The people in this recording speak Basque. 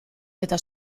eta